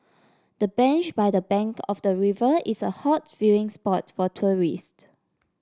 the bench by the bank of the river is a hot viewing spot for tourist